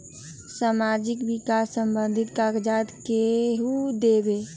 समाजीक विकास संबंधित कागज़ात केहु देबे?